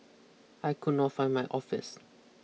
I could not find my office